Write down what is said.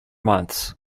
months